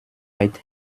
weit